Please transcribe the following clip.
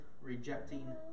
rejecting